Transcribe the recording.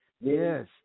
Yes